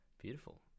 beautiful